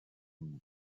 uni